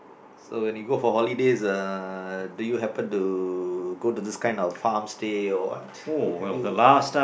so when you go for holidays uh do you happen to go to this kind of farm stay or what have you